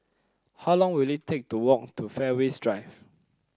how long will it take to walk to Fairways Drive